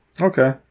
Okay